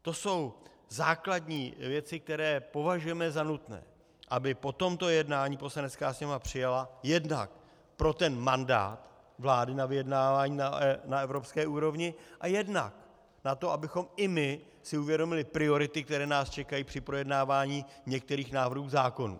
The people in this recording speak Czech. To jsou základní věci, které považujeme za nutné, aby po tomto jednání Poslanecká sněmovna přijala jednak pro mandát vlády na vyjednávání na evropské úrovni a jednak na to, abychom i my si uvědomili priority, které nás čekají při projednávání některých návrhů zákonů.